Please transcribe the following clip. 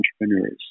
entrepreneurs